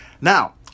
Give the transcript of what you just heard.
Now